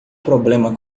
problema